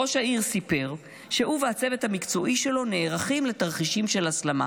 ראש העיר סיפר שהוא והצוות המקצועי שלו נערכים לתרחישים של הסלמה.